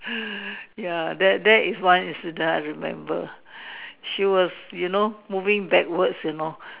ya that that is one incident I remember she was you know moving backwards you know